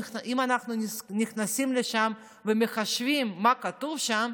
אם אנחנו נכנסים לשם ומחשבים מה כתוב שם,